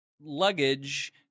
luggage